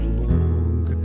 long